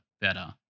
better